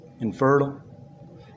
infertile